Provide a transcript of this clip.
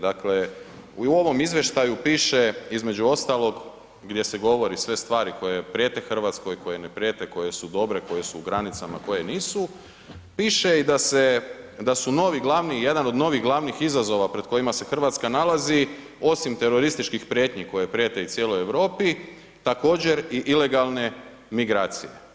Dakle, u ovom izvještaju piše, između ostalog, gdje se govore sve stvari koje prijete Hrvatskoj, koje ne prijete, koje su dobre, koje su u granicama, koje nisu, piše i da su novi, jedan od novih glavnih izazova pred kojima se Hrvatska nalazi, osim terorističkih prijetnji koje prijete i cijeloj Europi, također i ilegalne migracije.